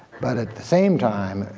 but at the same time,